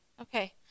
okay